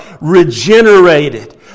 regenerated